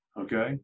okay